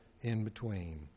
in-between